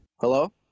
Hello